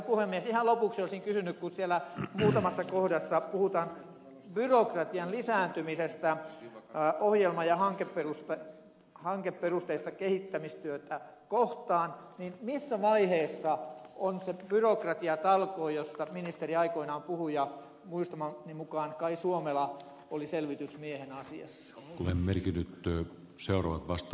ihan lopuksi olisin kysynyt että kun muutamassa kohdassa puhutaan byrokratian lisääntymisestä ohjelma ja hankeperusteista kehittämistyötä kohtaan niin missä vaiheessa ovat ne byrokratiatalkoot joista ministeri aikoinaan puhui ja muistamani mukaan kai suomela oli selvitysmies asiassa ole merkinnyt työn seuraavasta